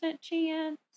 chance